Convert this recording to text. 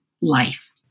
life